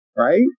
Right